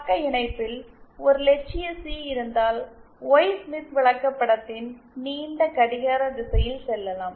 பக்க இணைப்பில் ஒரு இலட்சிய சி இருந்தால் ஒய் ஸ்மித் விளக்கப்படத்தில் நீண்ட கடிகார திசையில் செல்லலாம்